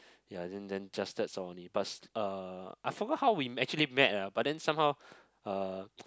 ya then then just that's all only but uh I forgot how we actually met ah but then somehow uh